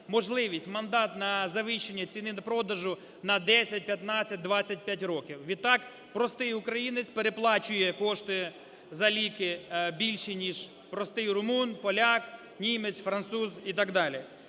мандатне завищення ціни продажу на 10, 15, 25 років. Відтак простий українець переплачує кошти за ліки більші, ніж простий румун, поляк, німець, француз і так далі.